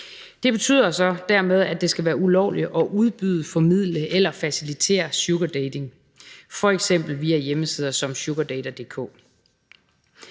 Det betyder dermed, at det skal være ulovligt at udbyde, formidle eller facilitetere sugardating f.eks. via hjemmesider som SugarDater.dk.